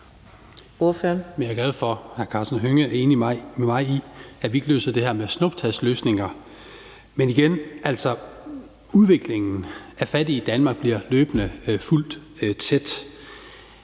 (M): Jeg er glad for, at hr. Karsten Hønge er enig med mig i, at vi ikke løser det her med snuptagsløsninger. Men altså, igen vil jeg sige, at udviklingen af fattige i Danmark bliver fulgt tæt